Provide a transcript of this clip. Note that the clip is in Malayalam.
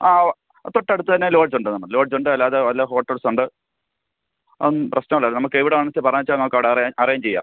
ആ ഓ തൊട്ടടുത്ത് തന്നെ ലോഡ്ജ് ഉണ്ട് നമ്മൾ ലോഡ്ജ് ഉണ്ട് അല്ലാതെ വല്ല ഹോട്ടൽസുണ്ട് പ്രശ്നം അല്ല നമുക്ക് എവിടെയാണെന്ന് വെച്ചാൽ പറഞ്ഞേച്ചാൽ നമുക്ക് അവിടെ അറേഞ്ച് ചെയ്യാം